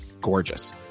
gorgeous